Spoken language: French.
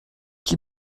qui